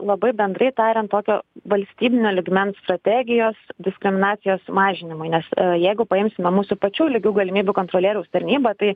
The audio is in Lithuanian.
labai bendrai tariant tokio valstybinio lygmens strategijos diskriminacijos mažinimui nes jeigu paimsime mūsų pačių lygių galimybių kontrolieriaus tarnybą tai